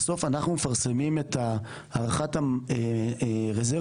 בסוף אנחנו מפרסמים את הערכת הרזרבות